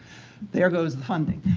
there goes the funding.